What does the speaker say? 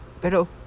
pero